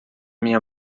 minha